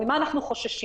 ממה אנחנו חוששים?